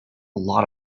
lot